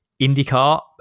IndyCar